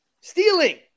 stealing